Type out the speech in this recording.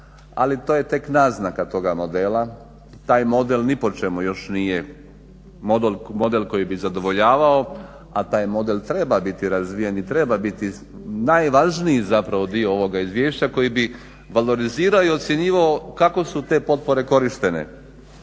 ali to je tek naznaka toga modela, taj model ni po čemu još nije model koji bi zadovoljavao a taj model treba biti razvijen i treba biti najvažniji zapravo dio ovoga izvješća koji bi valorizirao i ocjenjivao kako su te potpore korištene.